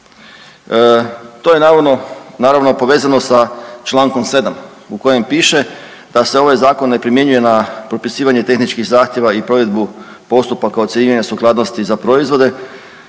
naravno povezano sa čl. 7 u kojem piše da se ovaj Zakon ne primjenjuje na propisivanje tehničkih zahtjeva i provedbu postupaka ocjenjivanja sukladnosti za proizvode